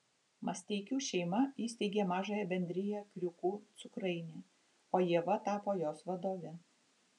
masteikų šeima įsteigė mažąją bendriją kriūkų cukrainė o ieva tapo jos vadove